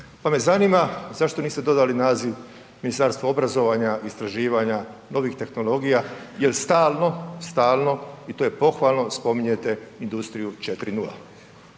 pa me zanima zašto niste dodali naziv ministarstvo obrazovanja, istraživanja, novih tehnologija jer stalno, stalno i to je pohvalno spominjete industriju 4.0.?